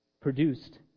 produced